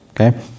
okay